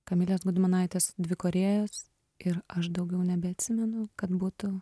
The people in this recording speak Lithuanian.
kamilės gudmonaitės dvi korėjos ir aš daugiau nebeatsimenu kad būtų